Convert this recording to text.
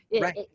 Right